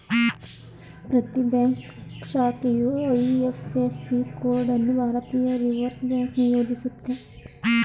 ಪ್ರತಿ ಬ್ಯಾಂಕ್ ಶಾಖೆಯು IFSC code ಅನ್ನು ಭಾರತೀಯ ರಿವರ್ಸ್ ಬ್ಯಾಂಕ್ ನಿಯೋಜಿಸುತ್ತೆ